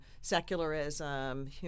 secularism